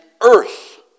earth